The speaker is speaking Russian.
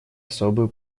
особую